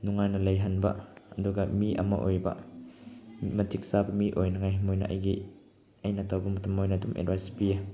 ꯅꯨꯡꯉꯥꯏꯅ ꯂꯩꯍꯟꯕ ꯑꯗꯨꯒ ꯃꯤ ꯑꯃ ꯑꯣꯏꯕ ꯃꯇꯤꯛ ꯆꯥꯕ ꯃꯤ ꯑꯣꯏꯅꯡꯉꯥꯏ ꯃꯣꯏꯅ ꯑꯩꯒꯤ ꯑꯩꯅ ꯇꯧꯕ ꯃꯇꯝꯗ ꯃꯣꯏꯅ ꯑꯗꯨꯝ ꯑꯦꯗꯚꯥꯏꯁ ꯄꯤ